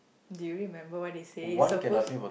do you remember what they say it's supposed